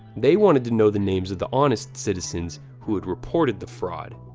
they wanted to know the names of the honest citizens who had reported the fraud.